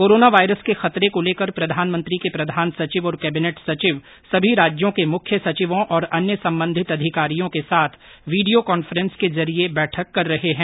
corona virus के खतरे को लेकर प्रधानमंत्री के प्रधान सचिव और कैबिनेट सचिव समी राज्यों के मुख्य सचिवों और अन्य संबंधित अधिकारियों के साथ वीडियो कांफ्रेंस के जरिए बैठक कर रहे हैं